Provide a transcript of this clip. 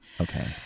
Okay